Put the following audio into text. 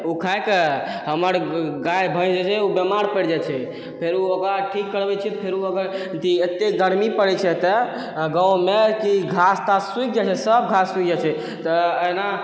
ओ खास कऽ हमर गाय भैस जे छै ओ बीमार पड़ि जाइ छै फेरो ओकरा ठीक करबै छी फेरु अथी एतेक गरमी पड़ै छै एतऽ गाँवमे कि घास तास सब सुखि जाइ छै तऽ एना